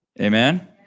Amen